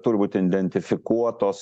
turi būt identifikuotos